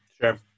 Sure